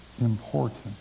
important